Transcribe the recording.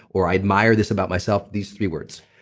or i admire this about myself, these three words.